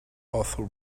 author